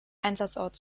einsatzort